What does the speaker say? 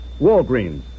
Walgreens